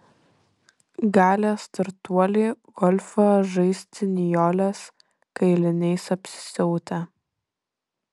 galės turtuoliai golfą žaisti nijolės kailiniais apsisiautę